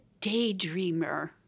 daydreamer